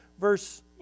verse